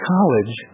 College